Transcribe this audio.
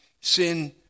Sin